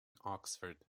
oxford